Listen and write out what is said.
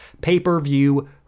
pay-per-view